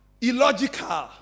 illogical